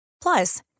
Plus